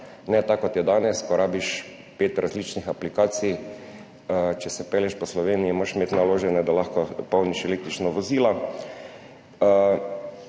ne tako kot je danes, ko potrebuješ pet različnih aplikacij, če se pelješ po Sloveniji, moraš jih imeti naložene, da lahko polniš električno vozilo,